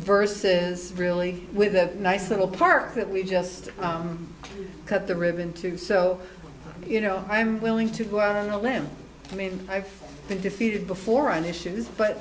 versus really with that nice little park that we just cut the ribbon to so you know i'm willing to go out on a limb i mean i've been defeated before on issues but